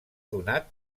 donat